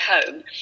home